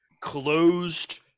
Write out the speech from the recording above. closed